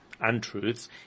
untruths